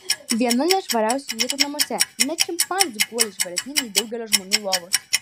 viena nešvariausių vietų namuose net šimpanzių guoliai švaresni nei daugelio žmonių lovos